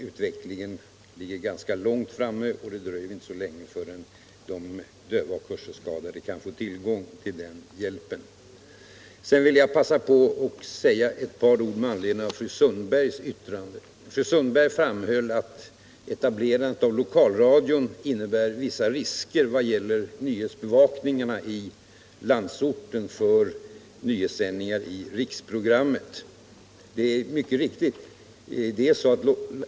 Utvecklingen ligger rätt långt framme, och det dröjer inte så länge innan de döva och hörselskadade kan få tillgång till den hjälpen. Sedan vill jag säga ett par ord med anledning av fru Sundbergs yttrande. Hon framhöll att etablerandet av lokalradion innebär vissa risker beträffande nyhetsbevakningarna i landsorten för sändningar i riksprogrammet. Det är riktigt.